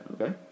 Okay